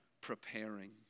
preparing